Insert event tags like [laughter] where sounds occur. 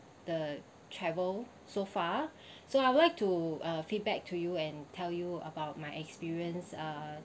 the travel so far [breath] so I would like to uh feedback to you and tell you about my experience uh